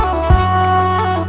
oh